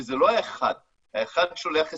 וזה לא אחד, האחד שולח 20,